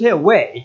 away